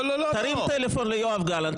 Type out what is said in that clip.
תרים טלפון ליואב גלנט,